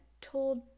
told